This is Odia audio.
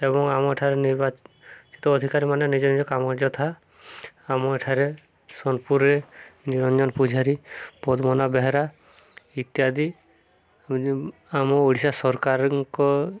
ଏବଂ ଆମ ଏଠାରେ ନିର୍ବାଚିତ ଅଧିକାରୀମାନେ ନିଜ ନିଜ କାମ ଆମ ଏଠାରେ ସୋନପୁରରେ ନିରଞ୍ଜନ ପୂଝାରୀ ପଦ୍ମନା ବେହେରା ଇତ୍ୟାଦି ଆମ ଓଡ଼ିଶା ସରକାରଙ୍କ